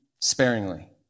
sparingly